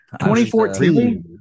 2014